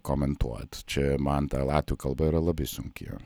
komentuot čia man ta latvių kalba yra labai sunki